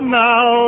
now